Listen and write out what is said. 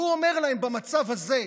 והוא אומר להם במצב הזה: